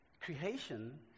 Creation